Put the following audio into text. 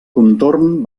contorn